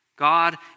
God